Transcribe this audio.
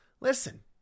Listen